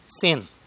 Sin